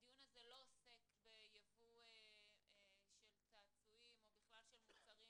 הדיון הזה לא עוסק ביבוא של צעצועים או בכלל של מוצרים,